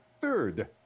third